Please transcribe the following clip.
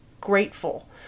grateful